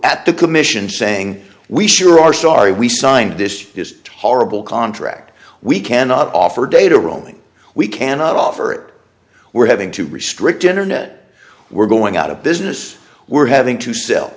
at the commission saying we sure are sorry we signed this this torah bill contract we cannot offer data roaming we cannot offer it we're having to restrict internet we're going out of business we're having to sell